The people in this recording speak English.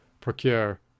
procure